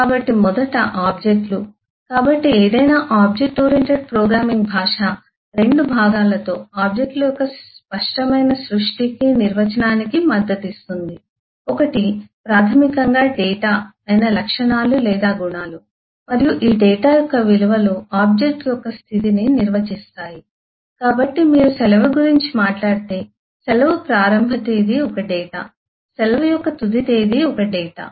కాబట్టి మొదట ఆబ్జెక్ట్ లు కాబట్టి ఏదైనా ఆబ్జెక్ట్ ఓరియెంటెడ్ ప్రోగ్రామింగ్ భాష 2 భాగాలతో ఆబ్జెక్ట్ ల యొక్క స్పష్టమైన సృష్టికి నిర్వచనానికి మద్దతు ఇస్తుంది ఒకటి ప్రాథమికంగా డేటా అయిన లక్షణాలు లేదా గుణాలు మరియు ఈ డేటా యొక్క విలువలు ఆబ్జెక్ట్ యొక్క స్థితిని నిర్వచిస్తాయి కాబట్టి మీరు సెలవు గురించి మాట్లాడితే సెలవు ప్రారంభ తేదీ ఒక డేటా సెలవు యొక్క తుది తేదీ ఒక డేటా